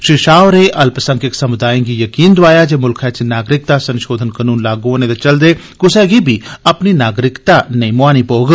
श्री शाह होरें अल्पसंख्यक समुदायें गी यकीन दोआया ऐ जे मुल्खै च नागरिकता संशोधन कानून लागू होने दे चलदे कुसा गी बी अपनी नागरिकता नेईं मुहानी पौग